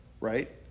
right